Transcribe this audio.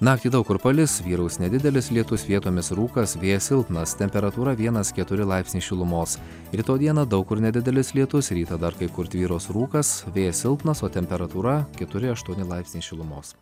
naktį daug kur palis vyraus nedidelis lietus vietomis rūkas vėjas silpnas temperatūra vienas keturi laipsniai šilumos rytoj dieną daug kur nedidelis lietus rytą dar kai kur tvyros rūkas vėjas silpnas o temperatūra keturi aštuoni laipsniai šilumos